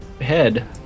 head